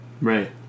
Right